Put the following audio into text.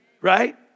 Right